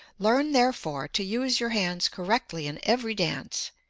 learn, therefore, to use your hands correctly in every dance.